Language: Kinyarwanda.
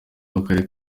w’akarere